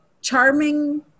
Charming